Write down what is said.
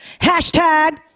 Hashtag